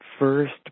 first